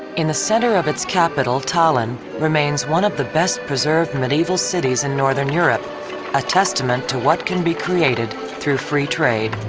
in the center of its capital, tallinn, remains one of the best-preserved medieval cities in northern europe a testament to what can be created through free trade.